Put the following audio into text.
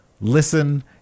listen